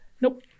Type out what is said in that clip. Nope